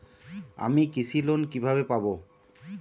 আমি কৃষি লোন কিভাবে পাবো?